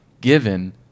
given